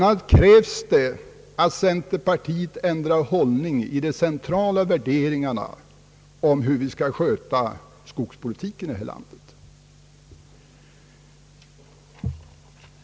Bl. a. krävs att centerpartiet ändrar hållning när det gäller de centrala värderingarna om hur skogspolitiken skall bedrivas här i landet.